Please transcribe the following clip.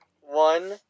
One